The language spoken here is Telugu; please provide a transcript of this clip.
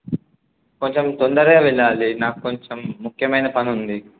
కొంచెం తొందరగా వెళ్ళాలి నాకు కొంచెం ముఖ్యమైన పనుంది